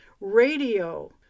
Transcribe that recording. radio